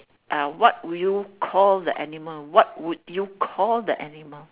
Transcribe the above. uh what would you call the animal what would you call the animal